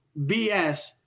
BS